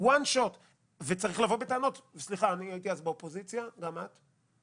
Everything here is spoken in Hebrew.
אני הייתי אז באופוזיציה וגם את,